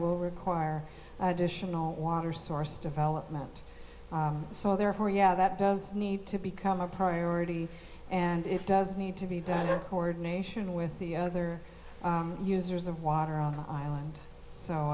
will require additional water source development so therefore yeah that does need to become a priority and it does need to be that ordination with the other users of water on the island so